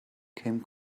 came